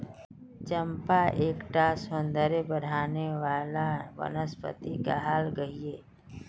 चंपा एक टा सौंदर्य बढाने वाला वनस्पति कहाल गहिये